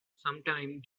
sometime